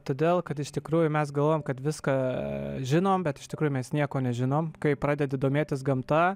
todėl kad iš tikrųjų mes galvojam kad viską žinom bet iš tikrųjų mes nieko nežinom kai pradedi domėtis gamta